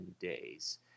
days